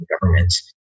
governments